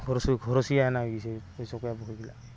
ঘৰচীয়া যেন হৈ গেইছি এই চকেয়া পক্ষীগিলা